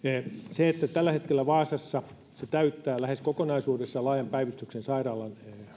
tällä hetkellä vaasa täyttää lähes kokonaisuudessaan laajan päivystyksen sairaalan